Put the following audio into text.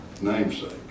namesake